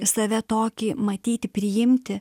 save tokį matyti priimti